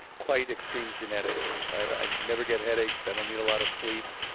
quite extreme genetics. i never get headaches. i don't need a lot of sleep.